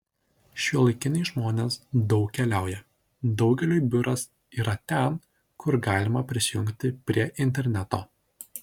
šiuolaikiniai žmonės daug keliauja daugeliui biuras yra ten kur galima prisijungti prie interneto